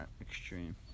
extreme